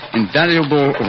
invaluable